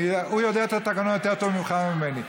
הוא יודע את התקנון יותר טוב ממך וממני.